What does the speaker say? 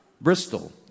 Bristol